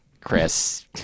Chris